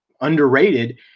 underrated